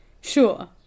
Sure